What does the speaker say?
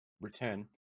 return